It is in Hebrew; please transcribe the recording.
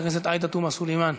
חברת הכנסת עאידה תומא סלימאן,